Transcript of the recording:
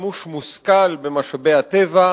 שימוש מושכל במשאבי הטבע,